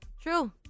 True